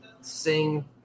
Sing